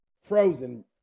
Frozen